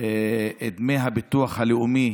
דמי הביטוח הלאומי